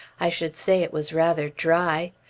i should say it was rather dry.